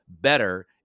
better